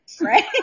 Right